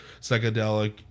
psychedelic